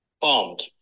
Bombed